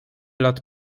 lat